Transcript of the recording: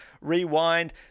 Rewind